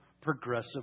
progressive